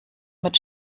mit